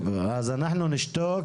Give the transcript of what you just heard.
אנחנו נשתוק,